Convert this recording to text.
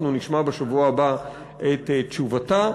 אנחנו נשמע בשבוע הבא את תשובתה,